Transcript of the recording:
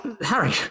Harry